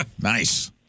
Nice